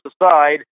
aside